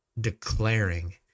declaring